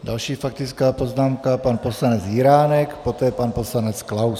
Další faktická poznámka, pan poslanec Jiránek, poté pan poslanec Klaus.